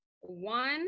one